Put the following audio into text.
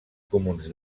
comuns